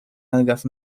algas